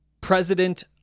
president